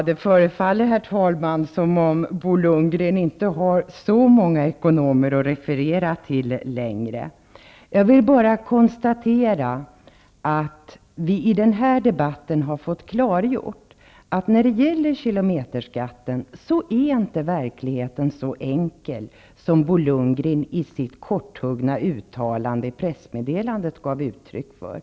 Her talman! Det förefaller som om Bo Lundgren inte längre har så många ekonomer att referera till. Jag konstaterar bara att det i den här debatten har klargjorts att verkligheten när det gäller kilometerskatten inte är så enkel som Bo Lundgren i sitt korthuggna uttalande i pressmeddelandet gav uttryck för.